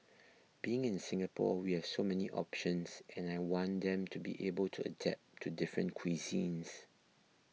being in Singapore we have so many options and I want them to be able to adapt to different cuisines